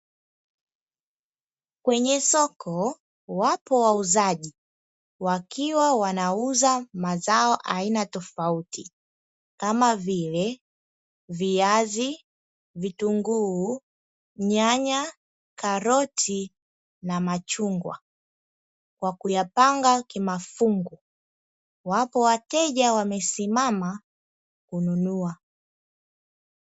Kwenye soko, wapo wauzaji wakiwa wanauza mazao aina tofauti kama vile; viazi, vitunguu, nyanya, karoti na machungwa kwa kuyapanga kimafungu. Wapo wateja wamesimama kununua.